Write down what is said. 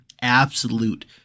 absolute